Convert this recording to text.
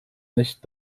nicht